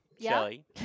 Shelly